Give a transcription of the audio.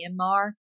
Myanmar